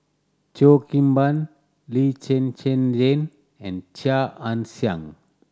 Cheo Kim Ban Lee Zhen Zhen Jane and Chia Ann Siang